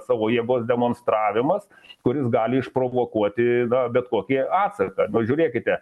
savo jėgos demonstravimas kuris gali išprovokuoti bet kokį atsaką na žiūrėkite